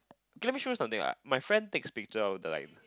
okay let me show you something ah my friend takes picture of the like